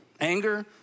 Anger